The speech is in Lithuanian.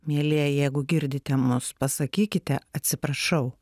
mielieji jeigu girdite mus pasakykite atsiprašau